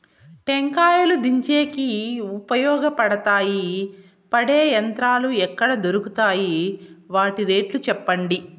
టెంకాయలు దించేకి ఉపయోగపడతాయి పడే యంత్రాలు ఎక్కడ దొరుకుతాయి? వాటి రేట్లు చెప్పండి?